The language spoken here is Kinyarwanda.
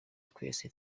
twese